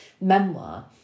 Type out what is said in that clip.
memoir